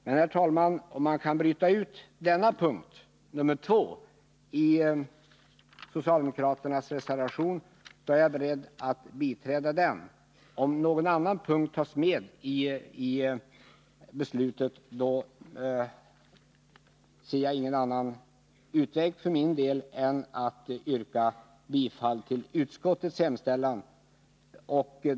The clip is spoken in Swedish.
Om man kan bryta ut punkt 2 ur socialdemokraternas reservation är jag beredd att biträda den. Om någon annan punkt i reservationen ställs under proposition samtidigt ser jag för min del ingen annan utväg än att biträda utskottets hemställan.